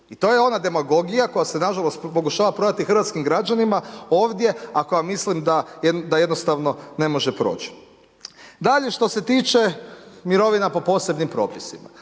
i to je ona demagogija koja se nažalost pokušava prodati hrvatskim građanima ovdje, a koju mislim da jednostavno ne može proći. Dalje što se tiče mirovina po posebnim propisima,